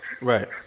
Right